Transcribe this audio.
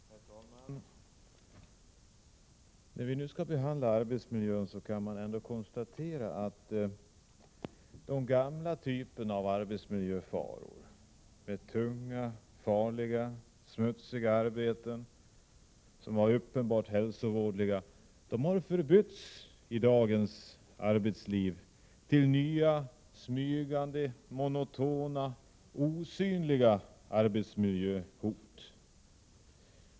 Herr talman! När vi nu skall behandla arbetsmiljön kan man ändå konstatera att de gamla typerna av arbetsmiljöfaror — tunga, farliga, smutsiga arbeten som var uppenbart hälsovådliga — har utbytts i dagens arbetsliv mot nya, smygande, monotona och osynliga arbetsmiljöhot.